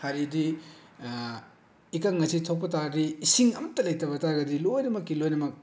ꯍꯥꯏꯔꯤꯗꯤ ꯏꯀꯪ ꯑꯁꯤ ꯊꯣꯛꯄ ꯇꯥꯔꯒꯤ ꯏꯁꯤꯡ ꯏꯁꯤꯡ ꯑꯃꯠꯇ ꯂꯩꯇꯕ ꯇꯥꯔꯒꯗꯤ ꯂꯣꯏꯅꯃꯛꯀꯤ ꯂꯣꯏꯅꯃꯛ